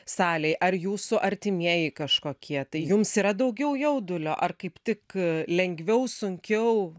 salėj ar jūsų artimieji kažkokie tai jums yra daugiau jaudulio ar kaip tik lengviau sunkiau